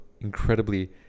incredibly